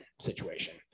situation